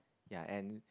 ya and